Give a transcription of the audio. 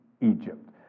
Egypt